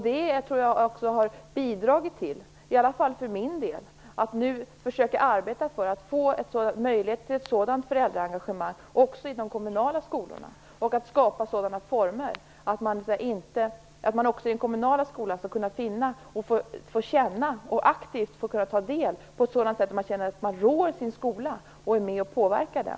Det har bidragit till att jag anser att vi nu skall försöka arbeta för att skapa möjligheter till ett sådant föräldraengagemang också i de kommunala skolorna och att skapa sådana former att man också där aktivt kan ta del på ett sådant sätt att man känner att man rår i sin skola och är med och påverkar den.